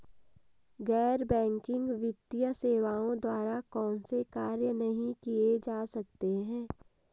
गैर बैंकिंग वित्तीय सेवाओं द्वारा कौनसे कार्य नहीं किए जा सकते हैं?